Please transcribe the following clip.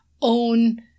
own